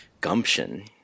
gumption